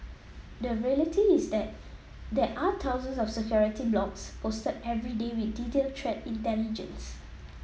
the reality is that there are thousands of security blogs posted every day with detailed threat intelligence